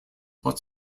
hot